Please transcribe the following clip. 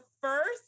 first